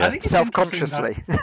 self-consciously